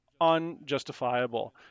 unjustifiable